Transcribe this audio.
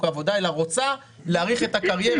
העבודה אלא רוצה להאריך את הקריירה.